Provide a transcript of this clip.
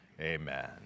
Amen